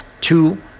two